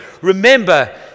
remember